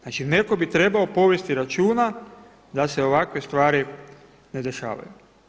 Znači netko bi trebao povesti računa da se ovakve stvari ne dešavaju.